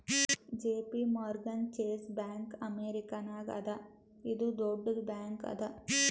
JP Morgan Chase bank ಅಮೇರಿಕಾನಾಗ್ ಅದಾ ಇದು ದೊಡ್ಡುದ್ ಬ್ಯಾಂಕ್ ಅದಾ